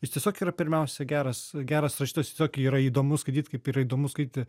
jis tiesiog yra pirmiausia geras geras rašytojas tiesiog jį yra įdomu skaityt kaip yra įdomu skaityti